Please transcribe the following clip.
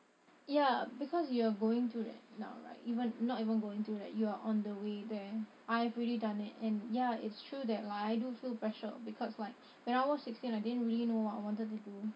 ya because you're going through right now right even not even going through right you're on the way there I've already done it and ya it's true that like I do feel pressured because like when I was sixteen I didn't really know what I wanted to do